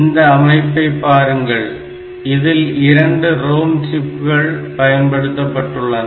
இந்த அமைப்பைப் பாருங்கள் இதில் இரண்டு ROM சிப்கள் பயன்படுத்தப்பட்டுள்ளன